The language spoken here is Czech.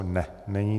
Ne, není.